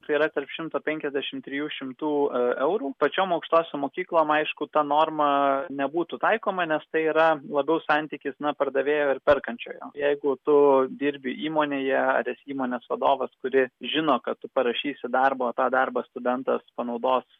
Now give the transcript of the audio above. tai yra tarp šimto penkiasdešimt trijų šimtų eurų pačiom aukštosiom mokyklom aišku ta norma nebūtų taikoma nes tai yra labiau santykis na pardavėjo ir perkančiojo jeigu tu dirbi įmonėje ar esi įmonės vadovas kuri žino kad tu parašysi darbą o tą darbą studentas panaudos